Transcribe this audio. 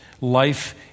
Life